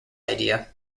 idea